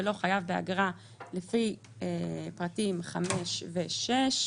ולא חייב באגרה לפי פרטים 5 ו-6.